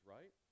Right